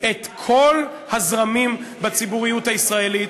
את כל הזרמים בציבוריות הישראלית.